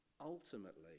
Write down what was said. ultimately